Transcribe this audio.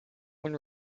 when